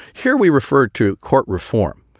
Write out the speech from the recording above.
here we referred to court reform.